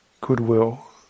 goodwill